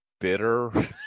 bitter